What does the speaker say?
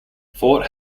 fort